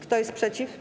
Kto jest przeciw?